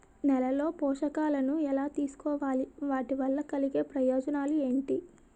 నేలలో పోషకాలను ఎలా తెలుసుకోవాలి? వాటి వల్ల కలిగే ప్రయోజనాలు ఏంటి?